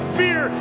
fear